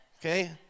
Okay